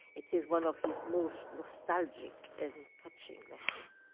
it is one of his most nostalgic and touching letters.